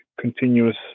continuous